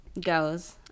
goes